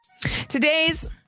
today's